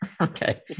okay